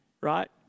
Right